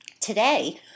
Today